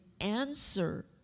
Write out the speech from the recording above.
answer